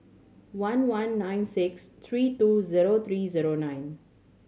one one nine six three two zero three zero nine